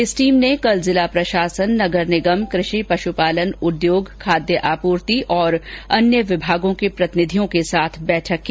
इस टीम ने कल जिला प्रशासन नगर निगम कृषि पशुपालन उद्योग खाद्य आपूर्ति और अन्य विभागों के प्रतिनिधियों के साथ बैठक की